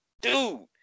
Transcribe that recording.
dude